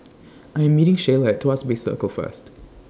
I Am meeting Shayla At Tuas Bay Circle First